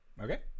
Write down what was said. Okay